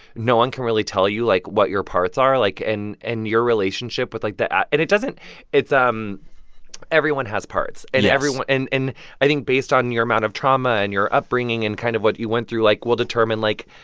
no one can really tell you, like, what your parts are. like and and your relationship with, like, the and it doesn't it's um everyone has parts. and. yes. every and i think, based on your amount of trauma and your upbringing and kind of what you went through, like, will determine, like,